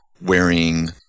wearing